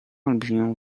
olbrzymią